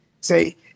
Say